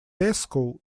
пэскоу